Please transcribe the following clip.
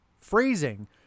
phrasing